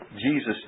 Jesus